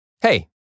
Hey